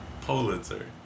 Pulitzer